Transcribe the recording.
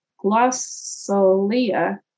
glossolia